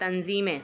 تنظیمیں